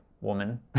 woman